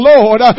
Lord